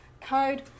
code